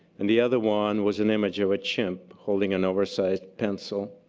and the other one was an image of a chimp holding an oversized pencil